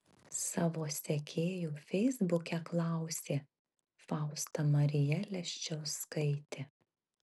savo sekėjų feisbuke klausė fausta marija leščiauskaitė